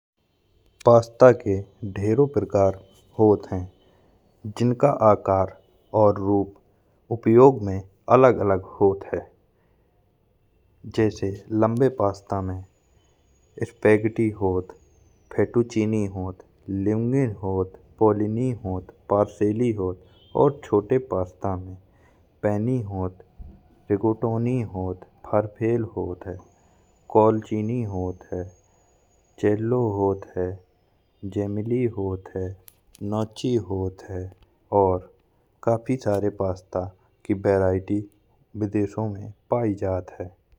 पास्ता के ढेरों प्रकार होत हैं जिनका आकार और रूप उपयोग में अलग अलग होत हैं। जैसे लंबे पास्ता में स्पेगडी होत है, फेटू चिनी होत है, लुंगी होत है, पोलिनी होत है, पारसेली होत है। और छोटे पास्ता में पेनी होत, रिगाटोनी होत, फुर्फैल होत है, कोलचिनी होत है, ज़ेलो होत है, जे़मली होत है, नाची होत है। और काफ़ी सारे पास्ता की वैराइटी विदेशो में पाई जात है।